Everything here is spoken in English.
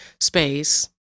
space